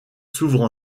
s’ouvrent